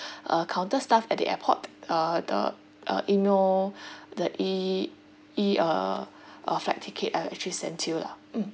uh counter staff at the airport uh the uh email the E E uh uh flight ticket uh actually sent you lah mm